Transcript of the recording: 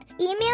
email